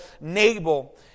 Nabal